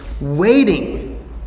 waiting